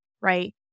right